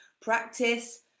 practice